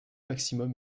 maximum